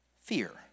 fear